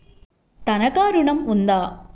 తనఖా ఋణం ఉందా?